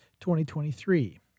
2023